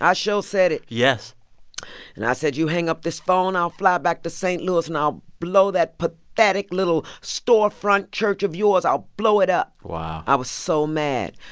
i sure said it yes and i said, you hang up this phone, i'll fly back to st. louis and i'll blow that but pathetic little storefront church of yours. i'll blow it up wow i was so mad,